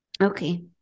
Okay